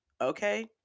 okay